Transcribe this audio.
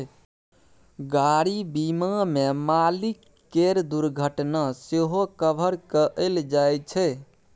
गाड़ी बीमा मे मालिक केर दुर्घटना सेहो कभर कएल जाइ छै